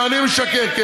אתה משקר.